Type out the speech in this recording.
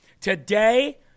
Today